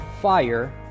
fire